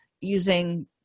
using